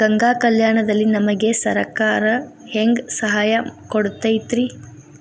ಗಂಗಾ ಕಲ್ಯಾಣ ದಲ್ಲಿ ನಮಗೆ ಸರಕಾರ ಹೆಂಗ್ ಸಹಾಯ ಕೊಡುತೈತ್ರಿ?